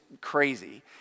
crazy